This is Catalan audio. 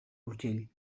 urgell